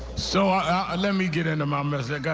so um ah let me get into my message.